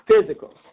Physical